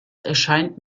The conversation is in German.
erscheint